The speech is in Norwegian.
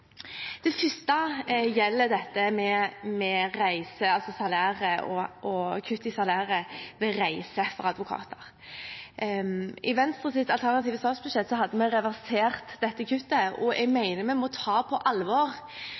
Det første gjelder dette med kutt i salæret ved reise for advokater. I Venstres alternative statsbudsjett hadde vi reversert dette kuttet. Jeg mener vi må ta på alvor